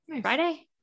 Friday